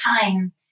time